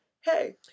Hey